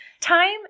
Time